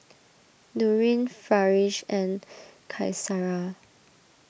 Nurin Farish and Qaisara